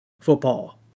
football